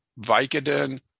Vicodin